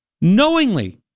knowingly